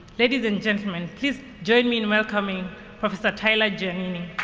ladies and gentlemen, please join me in welcoming professor tyler giannini.